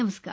नमस्कार